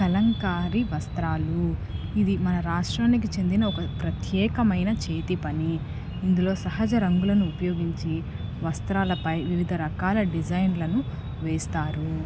కలంకారి వస్త్రాలు ఇది మన రాష్ట్రానికి చెందిన ఒక ప్రత్యేకమైన చేతి పని ఇందులో సహజ రంగులను ఉపయోగించి వస్త్రాలపై వివిధ రకాల డిజైన్లను వేస్తారు